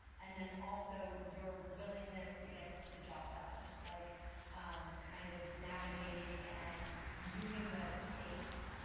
and then also your willingness to get the job done. like kind of navigating and doing what it takes.